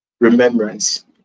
Remembrance